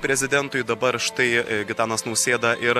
prezidentui dabar štai gitanas nausėda ir